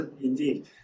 Indeed